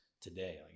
today